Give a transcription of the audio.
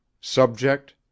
Subject